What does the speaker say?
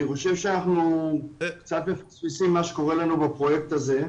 אני חושב שאנחנו קצת מפספסים מה שקורה לנו בפרויקט הזה.